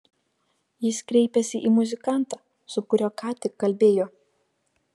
jis kreipėsi į muzikantą su kuriuo ką tik kalbėjo